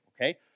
Okay